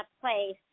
place